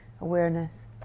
awareness